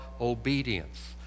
obedience